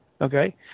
Okay